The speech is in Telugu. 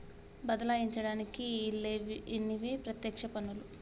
బదలాయించడానికి ఈల్లేనివి పత్యక్ష పన్నులు